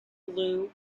blue